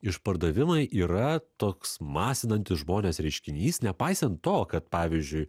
išpardavimai yra toks masinantis žmones reiškinys nepaisant to kad pavyzdžiui